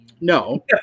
No